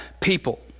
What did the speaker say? people